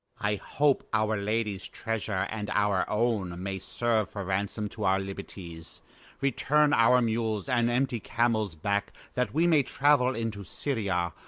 i hope our lady's treasure and our own may serve for ransom to our liberties return our mules and empty camels back, that we may travel into syria,